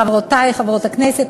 חברותי חברות הכנסת,